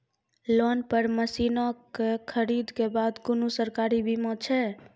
Loan पर मसीनऽक खरीद के बाद कुनू सरकारी बीमा छै?